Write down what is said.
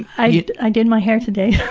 i i did my hair today.